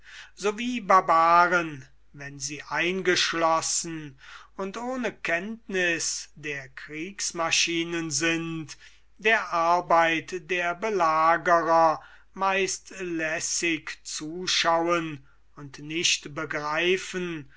wie barbaren wenn sie eingeschlossen und ohne kenntniß der kriegsmaschinen sind der arbeit der belagerer meist lässig zuschauen und nicht begreifen